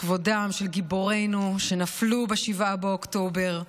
לכבודם של גיבורינו שנפלו ב-7 באוקטובר,